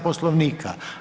Poslovnika.